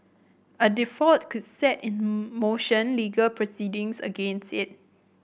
a default could set in motion legal proceedings against it